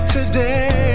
Today